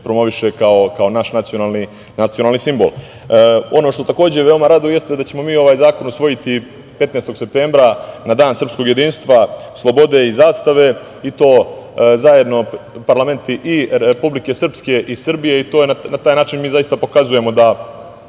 promoviše kao naš nacionalni simbol. Ono što takođe veoma raduje jeste da ćemo mi ovaj zakon usvojiti 15. septembra na Dan srpskog jedinstva, slobode i zastave, i to zajedno parlamenti Republike Srpske i Srbije i na taj način pokazujemo da